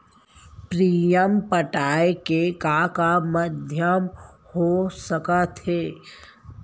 Premium पटाय के का का माधयम हो सकत हे?